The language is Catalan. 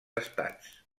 estats